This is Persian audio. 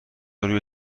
روی